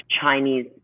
Chinese